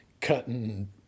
cutting